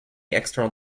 external